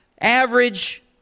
average